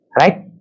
Right